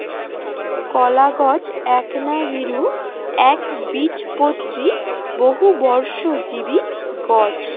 কলাগছ এ্যাকনা বীরু, এ্যাকবীজপত্রী, বহুবর্ষজীবী গছ